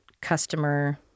customer